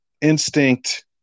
instinct